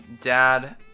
Dad